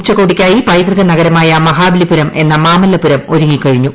ഉച്ചകോടിയ്ക്കായി പൈതൃക നഗരമായ മഹാബലിപുരം എന്ന മാമല്ലപൂരം ഒരുങ്ങിക്കഴിഞ്ഞു